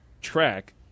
track